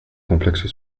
complexe